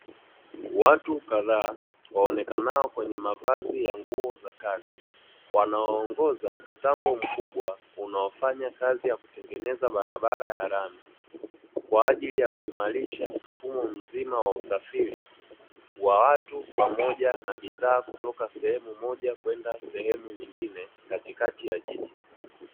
Watu kadhaa waonekanao kwenye mavazi ya nguo za mavazi ya kazi, wanaoongoza mtambo mkubwa unaofanya kazi ya kutengeneza barabara ya lami, kwa ajili ya kuimarisha mfumo mzima wa usafiri wa watu, pamoja na bidhaa kutoka sehemu moja kwenda sehemu nyingine katikati ya jiji.